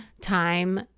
time